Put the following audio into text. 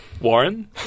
Warren